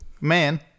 Man